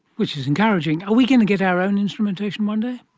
which is encouraging. are we going to get our own instrumentation one day?